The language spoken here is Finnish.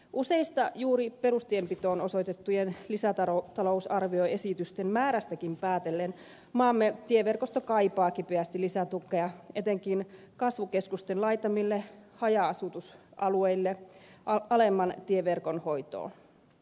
useiden juuri perustienpitoon osoitettujen lisätalousarvioesitysten määrästäkin päätellen maamme tieverkosto kaipaa kipeästi lisätukea etenkin kasvukeskusten laitamille haja asutusalueille alemman tieverkon hoitoon